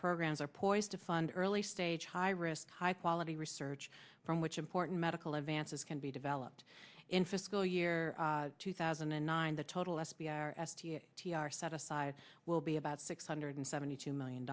programs are poised to fund early stage high risk high quality research from which important medical advances can be developed in fiscal year two thousand and nine the total s b r s t a t r set aside will be about six hundred seventy two million